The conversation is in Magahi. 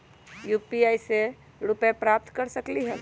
यू.पी.आई से रुपए प्राप्त कर सकलीहल?